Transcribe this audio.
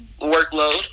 workload